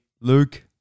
Luke